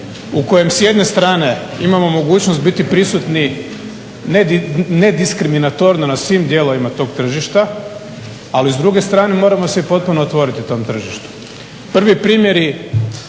u kojem se jedne strane imamo mogućnost biti prisutni, ne diskriminatorno na svim dijelovima tog tržišta, ali s druge strane moramo se i potpuno otvoriti tom tržištu. Prvi primjeri